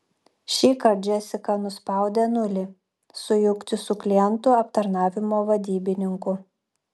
šįkart džesika nuspaudė nulį sujungti su klientų aptarnavimo vadybininku